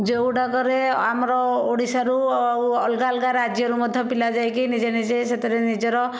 ଯେଉଁ ଗୁଡାକରେ ଆମର ଓଡ଼ିଶାରୁ ଆଉ ଅଲଗା ଅଲଗା ରାଜ୍ୟରୁ ମଧ୍ୟ ପିଲା ଯାଇକି ନିଜେ ନିଜେ ସେଥିରେ ନିଜର